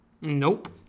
Nope